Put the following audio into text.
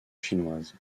chinoise